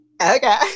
okay